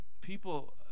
people